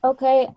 Okay